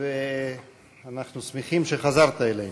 אנחנו שמחים שחזרת אלינו.